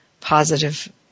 positive